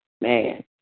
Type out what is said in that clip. Man